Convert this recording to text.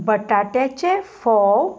बटाट्याचें फोव